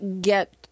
get